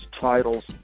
titles